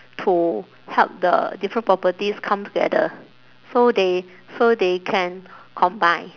to help the different properties come together so they so they can combine